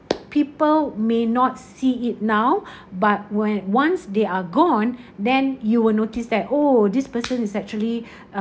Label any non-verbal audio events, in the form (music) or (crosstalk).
people may not see it now (breath) but when once they are gone then you will notice that oh this person is actually